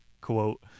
Quote